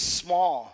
small